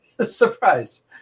Surprise